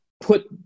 put